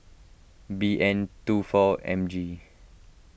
B N two four M G